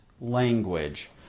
language